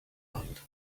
lot